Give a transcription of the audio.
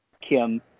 Kim